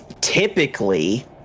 Typically